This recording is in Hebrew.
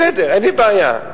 בסדר, אין לי בעיה.